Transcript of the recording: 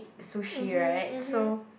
sushi right so